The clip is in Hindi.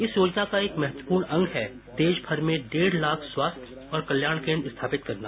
इस योजना का एक महत्वपूर्ण अंग है देश भर में डेढ़ लाख स्वास्थ्य और कल्याण केन्द्र स्थापित करना